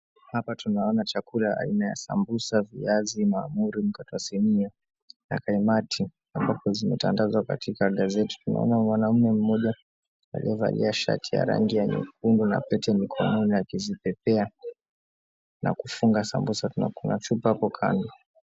Hapa tunaona chakula aina ya sambusa, viazi na kaimati zimetandazwa katika gazeti. Tunaona mwanaume aliyevalia shati ya nyekundu na pete mkononi akijipepea na kufunga sambusa na kuna chupa hapo kando.